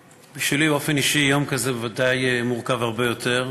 בשבילי באופן אישי יום כזה הוא בוודאי מורכב הרבה יותר.